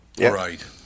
Right